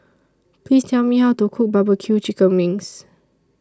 Please Tell Me How to Cook Barbecue Chicken Wings